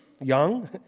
young